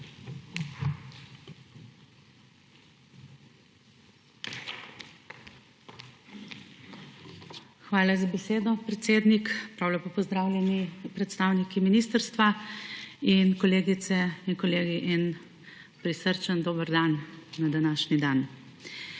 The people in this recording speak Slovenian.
Hvala za besedo, predsednik. Prav lepo pozdravljeni predstavniki ministrstva in kolegice in kolegi in prisrčen dober dan na današnji dan!